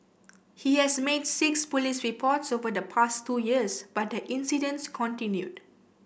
he has made six police reports over the past two years but the incidents continued